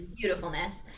beautifulness